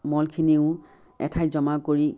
মলখিনিও এঠাইত জমা কৰি